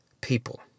people